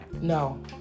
No